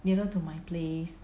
nearer to my place